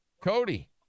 Cody